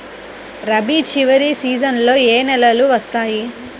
రబీ చివరి సీజన్లో ఏ నెలలు వస్తాయి?